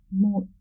more